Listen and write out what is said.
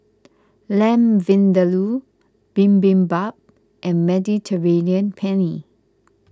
Lamb Vindaloo Bibimbap and Mediterranean Penne